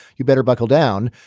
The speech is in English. you better buckle down.